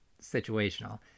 situational